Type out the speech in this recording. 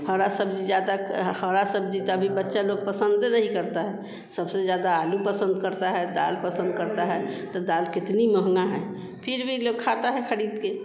हरी सब्ज़ी ज़्यादा के हरी सब्ज़ी तो अभी बच्चे लोग पसन्द नहीं करते हैं सबसे ज़्यादा आलू पसन्द करते हैं दाल पसन्द करते हैं तो दाल कितनी महँगी है फिर भी ये लोग खाते हैं ख़रीदकर